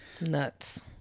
Nuts